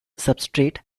substrate